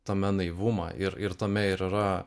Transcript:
tame naivumą ir ir tame ir yra